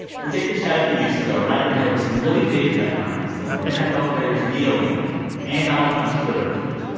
we taped this chat a few weeks ago right when there were some really big headlines over nfl players kneeling and donald trump's twitter account.